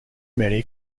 many